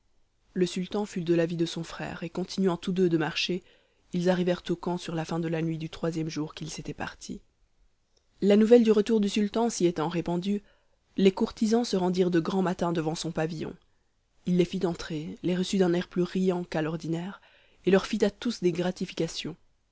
le sultan fut de l'avis de son frère et continuant tous deux de marcher ils arrivèrent au camp sur la fin de la nuit du troisième jour qu'ils étaient partis la nouvelle du retour du sultan s'y étant répandue les courtisans se rendirent de grand matin devant son pavillon il les fit entrer les reçut d'un air plus riant qu'à l'ordinaire et leur fit à tous des gratifications